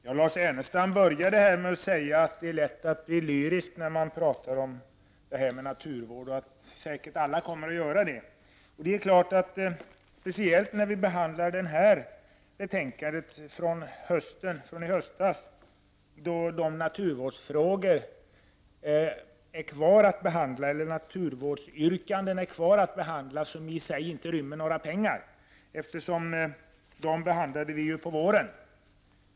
Herr talman! Lars Ernestam började med att säga att det är lätt att bli lyrisk när man talar om naturvården och att säkert alla kommer att göra det. Speciellt lätt är det när vi behandlar det här betänkandet om naturvårdsfrågor från i höstas med bara yrkanden som inte rymmer äskanden om pengar. De delarna behandlade vi i våras.